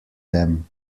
them